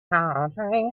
country